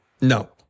No